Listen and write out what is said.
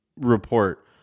report